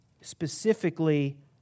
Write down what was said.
Specifically